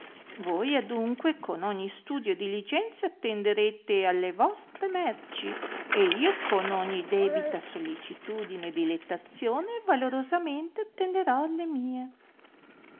voi adunque con ogni studio e diligenza attenderete alle vostre merci e io con ogni debita sollecitudine e dilettazione valorosamente attenderò alle mie